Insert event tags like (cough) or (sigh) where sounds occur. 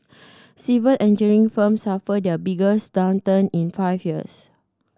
(noise) civil engineering firms suffered their biggest downturn in five years